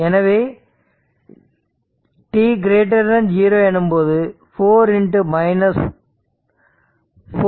எனவே t 0 எனும்போது 4 0